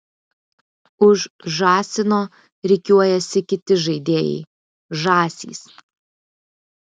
už žąsino rikiuojasi kiti žaidėjai žąsys